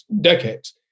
decades